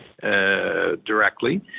directly